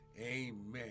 Amen